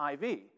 IV